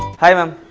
hi mam!